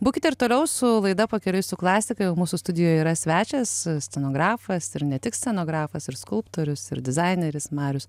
būkite ir toliau su laida pakeliui su klasika jau mūsų studijoj yra svečias scenografas ir ne tik scenografas ir skulptorius ir dizaineris marius